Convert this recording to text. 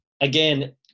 again